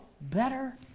better